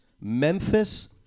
Memphis